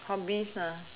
hobbies ah